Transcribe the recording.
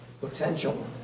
potential